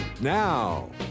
Now